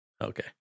Okay